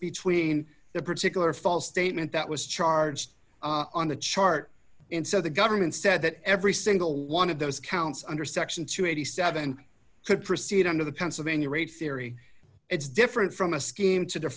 between the particular false statement that was charged on the chart and so the government said that every single one of those counts under section two hundred and eighty seven could proceed under the pennsylvania raid theory it's different from a scheme to